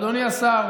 אדוני השר,